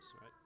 right